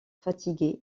fatiguer